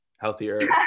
healthier